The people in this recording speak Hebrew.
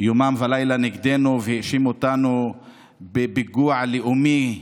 יומם ולילה נגדנו, האשים אותנו בפיגוע לאומי,